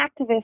activists